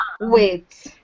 wait